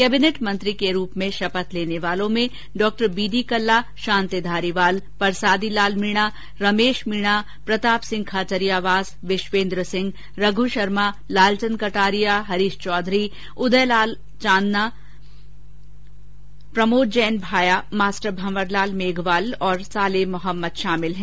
cabinet मंत्री के रूप में शपथ लेने वालों में डॉ बीडी कल्ला शांति धारीवाल परसादी लाल मीणा रमेश मीना प्रताप सिंह खाचरियावास विश्वेन्द्र सिंह रघ्रशर्मा लालचन्द कटारिया हरीश चौधरी उदयलाल चांदना प्रमोद जैन भाया मास्टर भंवर लाल मेघवाल और सालेह मोहम्मद शामिल हैं